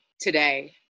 today